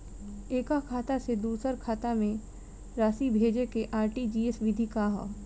एकह खाता से दूसर खाता में राशि भेजेके आर.टी.जी.एस विधि का ह?